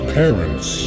parents